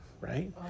right